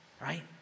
right